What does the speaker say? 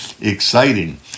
exciting